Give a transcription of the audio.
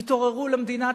יתעוררו למדינת,